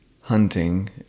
hunting